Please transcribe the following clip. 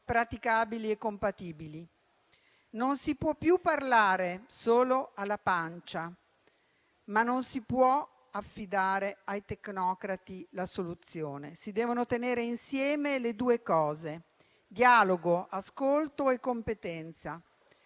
praticabili e compatibili. Non si può più parlare solo alla pancia, ma non si può affidare ai tecnocrati la soluzione. Si devono tenere insieme le cose; dialogo, ascolto e competenza.